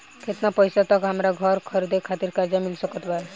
केतना पईसा तक हमरा घर खरीदे खातिर कर्जा मिल सकत बा?